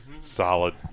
Solid